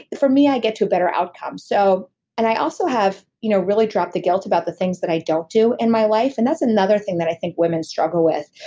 for me, i get to a better outcome. so and i also have you know really dropped the guilt about the things that i don't do in my life. and that's another thing that i think women struggle with,